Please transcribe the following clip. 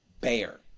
bear